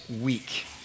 week